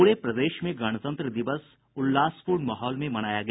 पूरे प्रदेश में गणतंत्र दिवस उल्लासपूर्ण माहौल में मनाया गया